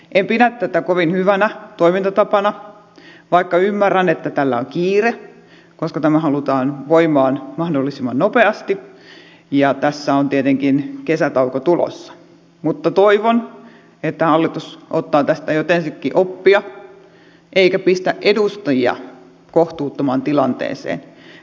en pidä tätä kovin hyvänä toimintatapana vaikka ymmärrän että tällä on kiire koska tämä halutaan voimaan mahdollisimman nopeasti ja tässä on tietenkin kesätauko tulossa mutta toivon että hallitus ottaa tästä ensiksikin oppia eikä pistä edustajia kohtuuttomaan tilanteeseen